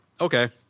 okay